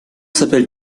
s’appelle